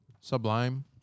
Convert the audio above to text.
Sublime